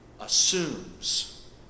assumes